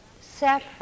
separate